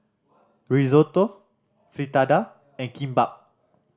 Risotto Fritada and Kimbap